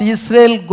Israel